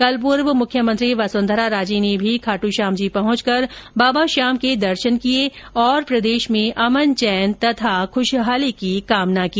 कल पूर्व मुख्यमंत्री वसुंधरा राजे ने भी खाट्श्यामजी पहुंचकर बाबा श्याम के दर्शन किये और प्रदेश में अमन चैन तथा खुशहाली की कामना की